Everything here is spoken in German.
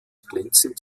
glänzend